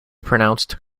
pronounced